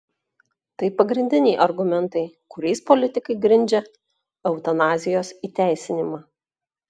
tai pagrindiniai argumentai kuriais politikai grindžia eutanazijos įteisinimą